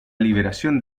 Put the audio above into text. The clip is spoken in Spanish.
liberación